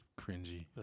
cringy